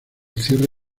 cierre